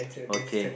okay